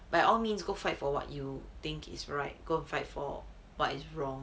by all means go fight for what you think is right go fight for what is wrong